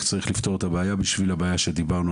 שתבדוק איך צריך לפתור את הבעיה עליה דיברנו,